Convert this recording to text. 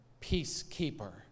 peacekeeper